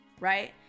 right